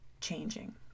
changing